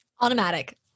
Automatic